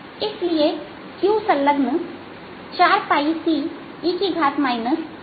इसलिए Qenclosed 4Ce r x 0है